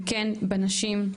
וכן בנשים.